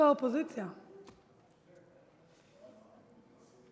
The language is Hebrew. כולם יושבים.